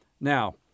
Now